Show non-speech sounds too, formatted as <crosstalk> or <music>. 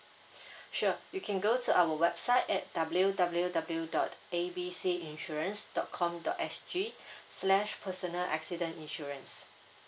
<breath> sure you can go to our website at W W W dot A B C insurance dot com dot S G <breath> slash personal accident insurance